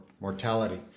mortality